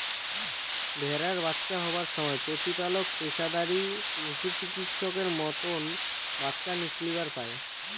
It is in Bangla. ভ্যাড়ার বাচ্চা হবার সমায় প্রতিপালক পেশাদারী পশুচিকিৎসকের মতন বাচ্চা নিকলিবার পায়